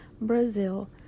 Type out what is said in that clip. Brazil